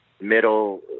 middle